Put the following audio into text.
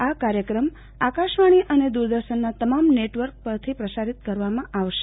આ કાર્યક્રમ આકાશવાણી અને દ્વરદર્શનના તમામ નેટવર્ક પર પ્રસારિત કરવામાં આવશે